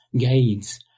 guides